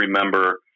remember